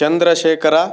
Chandrashekhara